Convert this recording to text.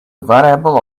variable